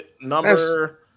number